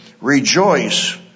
rejoice